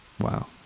wow